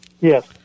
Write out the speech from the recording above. Yes